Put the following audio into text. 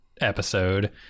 episode